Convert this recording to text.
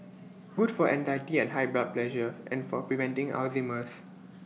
good for anxiety and high blood pressure and for preventing Alzheimer's